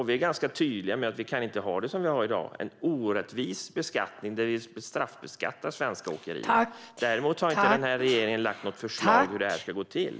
Vi är ganska tydliga med att vi inte kan ha det som vi har det i dag med en orättvis beskattning, där vi straffbeskattar svenska åkerier. Däremot har denna regering inte lagt fram något förslag om hur detta ska gå till.